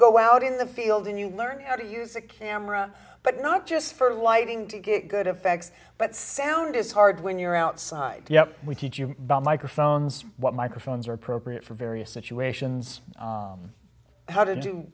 go out in the field and you learn how to use a camera but not just for lighting to get good effects but sound is hard when you're outside we teach you by microphones what microphones are appropriate for various situations how to do